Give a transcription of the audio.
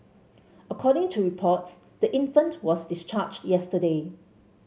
according to reports the infant was discharged yesterday